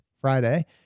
Friday